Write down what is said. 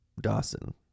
Dawson